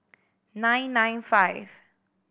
nine nine five